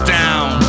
down